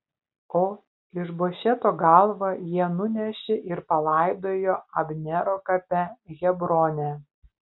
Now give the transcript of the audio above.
o išbošeto galvą jie nunešė ir palaidojo abnero kape hebrone